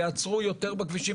ויעצרו יותר בכבישים,